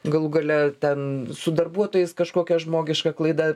galų gale ten su darbuotojais kažkokia žmogiška klaida